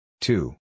Two